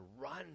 run